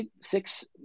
six